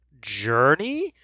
journey